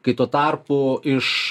kai tuo tarpu iš